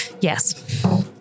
Yes